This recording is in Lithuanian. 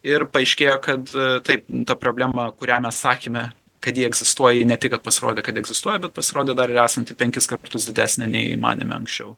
ir paaiškėjo kad taip ta problema kurią mes sakėme kad ji egzistuoja ne tik pasirodė kad egzistuoja bet pasirodė dar esanti penkis kartus didesnė nei manėme anksčiau